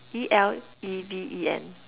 E_L_E_V_E_N